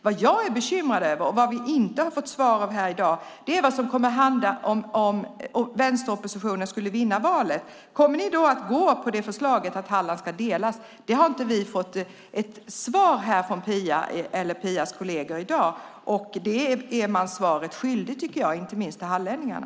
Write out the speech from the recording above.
Vad jag är bekymrad över och vad vi inte har fått svar om här i dag är vad som kommer att hända om vänsteroppositionen kommer att vinna valet. Kommer ni då att gå på förslaget att Halland ska delas? Det har vi inte fått svar om från Phia eller Phias kolleger i dag. Där är man svaret skyldig, tycker jag, inte minst till hallänningarna.